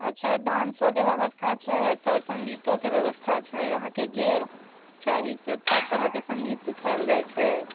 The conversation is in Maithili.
अच्छा डान्सोके व्यवस्था छै एतऽ सङ्गीतोके व्यवस्था छै अहाँकेँ जे चाही से सब तरहके सङ्गीत सिखायल जाइत छै